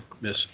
Miss